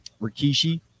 Rikishi